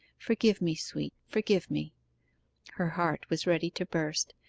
forgive me, sweet forgive me her heart was ready to burst,